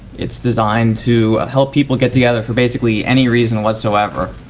it's designed to help people get together for basically any reason whatsoever.